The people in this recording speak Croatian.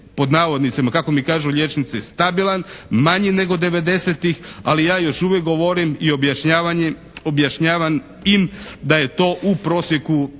pod navodnicima kako mi kažemo liječnici, stabilan, manji nego 90-tih, ali ja još uvijek govorim i objašnjavam tim da je to u prosjeku